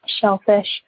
shellfish